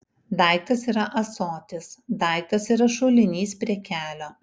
daiktas yra ąsotis daiktas yra šulinys prie kelio